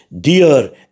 dear